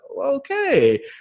okay